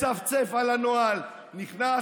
מצפצף על הנוהל, נכנס,